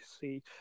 See